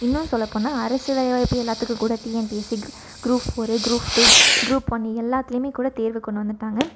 இன்னும் சொல்ல போனால் அரசு வேலைவாய்ப்பு எல்லாத்துக்குக்கூட TNPSC group four group two group ஒன்று எல்லாத்துலேயுமே கூட தேர்வு கொண்டு வந்துவிட்டாங்க